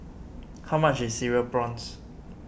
how much is Cereal Prawns